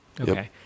Okay